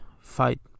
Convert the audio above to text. fight